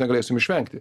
negalėsim išvengti